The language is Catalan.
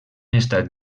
estat